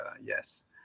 yes